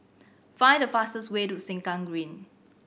find the fastest way to Sengkang Green